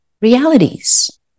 realities